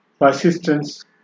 persistence